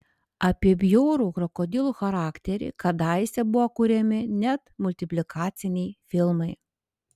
apie bjaurų krokodilų charakterį kadaise buvo kuriami net multiplikaciniai filmai